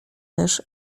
też